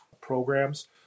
programs